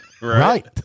Right